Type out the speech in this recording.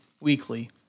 weekly